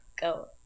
go